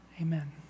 Amen